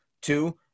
Two